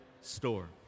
store